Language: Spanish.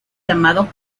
llamado